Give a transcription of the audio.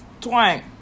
Twang